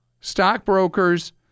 stockbrokers